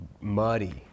muddy